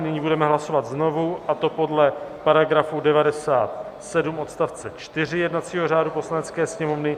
Nyní budeme hlasovat znovu, a to podle § 97 odst. 4 jednacího řádu Poslanecké sněmovny.